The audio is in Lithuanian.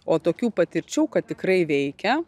o tokių patirčių kad tikrai veikia